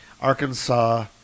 Arkansas